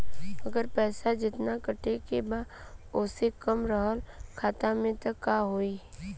अगर पैसा जेतना कटे के बा ओसे कम रहल खाता मे त का होई?